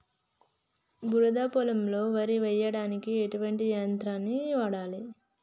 బురద పొలంలో వరి కొయ్యడానికి ఎటువంటి యంత్రాన్ని వాడాలి?